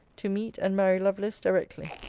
to meet and marry lovelace directly.